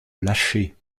lâcher